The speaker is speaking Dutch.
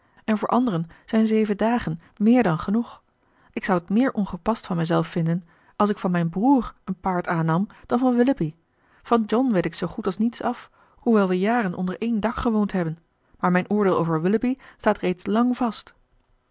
en voor anderen zijn zeven dagen meer dan genoeg ik zou t meer ongepast van mijzelf vinden als ik van mijn broer een paard aannam dan van willoughby van john weet ik zoogoed als niets af hoewel we jaren onder een dak gewoond hebben maar mijn oordeel over willoughby staat reeds lang vast